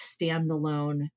standalone